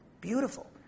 beautiful